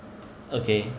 okay